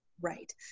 Right